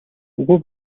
үгүй